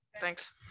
Thanks